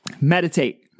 meditate